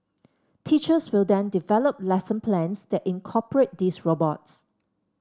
teachers will then develop lesson plans that incorporate these robots